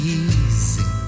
easy